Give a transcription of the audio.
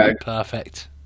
Perfect